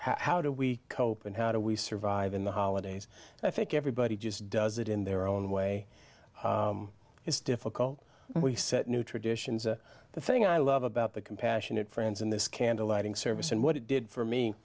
how do we cope and how do we survive in the holidays i think everybody just does it in their own way it's difficult we set new traditions and the thing i love about the compassionate friends in this candle lighting service and what it did for me